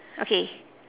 okay